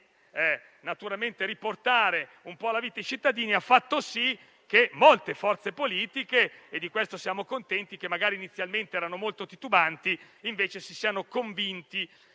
alla volontà di riportare un po' alla vita i cittadini, ha fatto sì che molte forze politiche - di questo siamo contenti - che magari inizialmente erano molto titubanti, si sono invece convinte